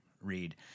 read